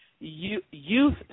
youth